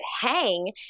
hang